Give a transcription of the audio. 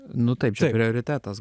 nu taip čia prioritetas